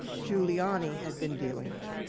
giuliani had been dealing with.